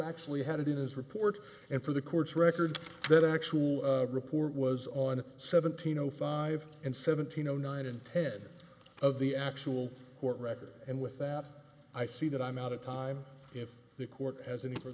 actually had it in his report and for the courts records that actually report was on seventeen o five and seventeen zero nine and ten of the actual court records and with that i see that i'm out of time if the court has any for